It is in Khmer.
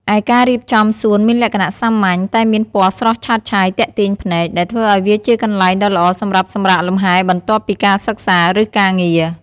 ឯការរៀបចំសួនមានលក្ខណៈសាមញ្ញ តែមានពណ៌ស្រស់ឆើតឆាយទាក់ទាញភ្នែក ដែលធ្វើឱ្យវាជាកន្លែងដ៏ល្អសម្រាប់សម្រាកលំហែបន្ទាប់ពីការសិក្សា ឬការងារ។